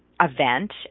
event